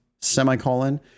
semicolon